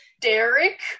Derek